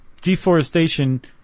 deforestation